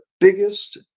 biggest